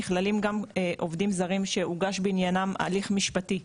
נכללים גם עובדים זרים שהוגש בעניינם הליך משפטי,